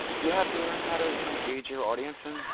you have to learn how to you know gauge your audience.